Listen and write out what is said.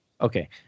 Okay